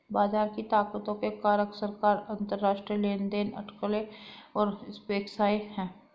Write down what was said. बाजार की ताकतों के कारक सरकार, अंतरराष्ट्रीय लेनदेन, अटकलें और अपेक्षाएं हैं